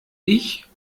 ich